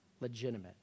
legitimate